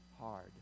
hard